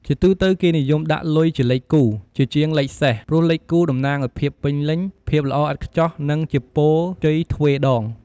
ជាទូទៅគេនិយមដាក់លុយជាលេខគូ ជាជាងលេខសេស ព្រោះលេខគូតំណាងឱ្យភាពពេញលេញ ភាពល្អឥតខ្ចោះ និងជាពរជ័យទ្វេដង។